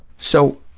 so,